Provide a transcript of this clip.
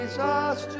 Jesus